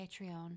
patreon